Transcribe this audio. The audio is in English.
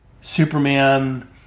...Superman